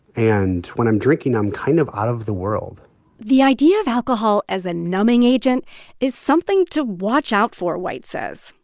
and when i'm drinking, i'm kind of out of the world the idea of alcohol as a numbing agent is something to watch out for, white says.